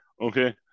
okay